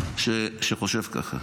יהודי שחושב ככה